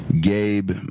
Gabe